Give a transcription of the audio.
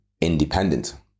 independent